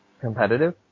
competitive